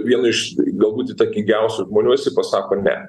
vienu iš galbūt įtakingiausių žmonių jisai pasako ne